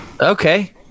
Okay